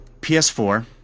PS4